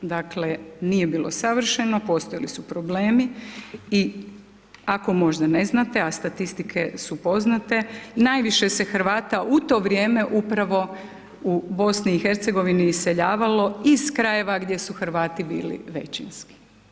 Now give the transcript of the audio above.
Dakle, nije bilo savršeno, postojali su problemi i ako možda ne znate a statistike su poznate najviše se Hrvata u to vrijeme upravo u BiH iseljavalo iz krajeva gdje su Hrvati bili većinski.